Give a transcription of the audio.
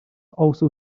also